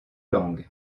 langues